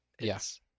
Yes